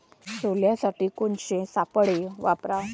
सोल्यासाठी कोनचे सापळे वापराव?